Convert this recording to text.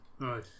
Right